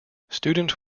student